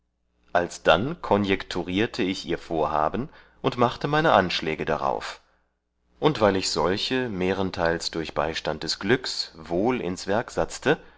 alsdann konjekturierte ich ihr vorhaben und machte meine anschläge darauf und weil ich solche mehrenteils durch beistand des glücks wohl ins werk satzte